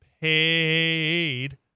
paid